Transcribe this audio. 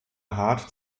hart